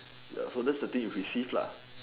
ya so that's the thing you receive lah